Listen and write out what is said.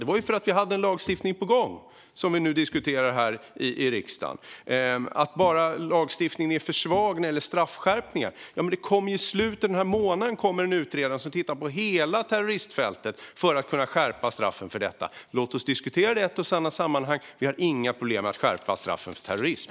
Det var ju för att vi hade en lagstiftning på gång, som vi nu diskuterar här i riksdagen. Man menar att lagstiftningen är för svag när det gäller straffskärpningar. Men i slutet av denna månad kommer det en utredare som tittar på hela terroristfältet för att kunna skärpa straffen. Låt oss diskutera det i ett och samma sammanhang. Vi har inga problem med att skärpa straffen för terrorism.